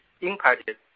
impacted